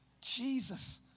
Jesus